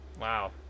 Wow